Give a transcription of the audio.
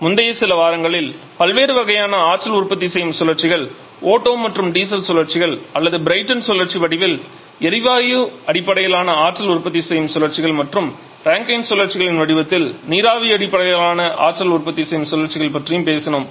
முந்தைய சில வாரங்களில் பல்வேறு வகையான ஆற்றல் உற்பத்தி செய்யும் சுழற்சிகள் ஓட்டோ மற்றும் டீசல் சுழற்சிகள் அல்லது பிரைட்டன் சுழற்சி வடிவில் எரிவாயு அடிப்படையிலான ஆற்றல் உற்பத்தி செய்யும் சுழற்சிகள் மற்றும் ரேங்கைன் சுழற்சிகளின் வடிவத்தில் நீராவி அடிப்படையிலான ஆற்றல் உற்பத்தி செய்யும் சுழற்சிகள் பற்றியும் பேசினோம்